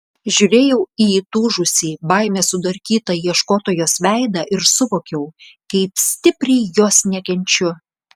žiūrėjau į įtūžusį baimės sudarkytą ieškotojos veidą ir suvokiau kaip stipriai jos nekenčiu